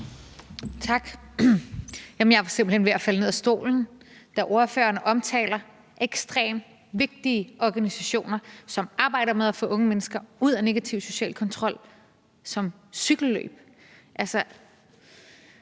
Tak. Jeg var simpelt hen ved at falde ned af stolen, da ordføreren omtalte ekstremt vigtige organisationer, som arbejder med at få unge mennesker ud af negativ social kontrol, med ordet cykelløb.